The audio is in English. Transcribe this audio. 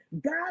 god